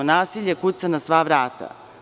Nasilje kuca na sva vrata.